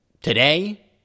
Today